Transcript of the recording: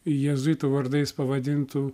jėzuitų vardais pavadintų